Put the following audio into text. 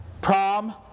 prom